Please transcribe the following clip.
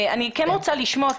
אני כן רוצה לשמוע,